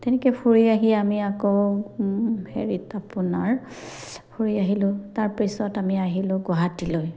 তেনেকে ফুৰি আহি আমি আকৌ হেৰিত আপোনাৰ ফুৰি আহিলোঁ তাৰপিছত আমি আহিলোঁ গুৱাহাটীলৈ